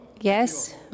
Yes